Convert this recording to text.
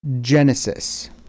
Genesis